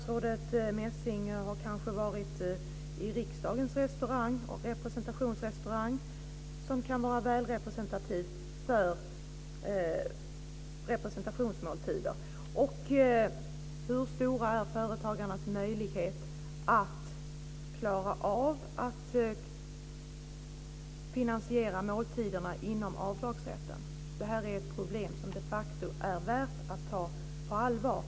Statsrådet Messing har kanske varit i riksdagens representationsrestaurang, som kan vara väl så representativ för representationsmåltider. Hur stora är företagarnas möjlighet att klara av att finansiera måltiderna inom avdragsrätten? Det här är ett problem som de facto är värt att ta på allvar.